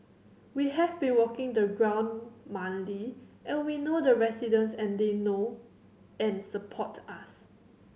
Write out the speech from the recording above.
we have been walking the ground monthly and we know the residents and they know and support us